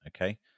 okay